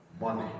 Money